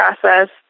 process